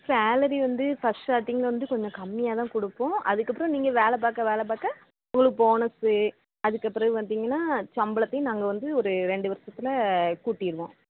salary வந்து first starting வந்து கொஞ்சம் கம்மியாகதான் கொடுப்போம் அதுக்கப்புறம் நீங்கள் வேலை பார்க்க வேலை பார்க்கா உங்களுக்கு போனஸ்ஸு அதுக்குப்பிறகு பார்த்தீங்கன்னா சம்பளத்தையும் நாங்கள் வந்து ஒரு ரெண்டு வருஷத்தில் கூட்டிடுவோம்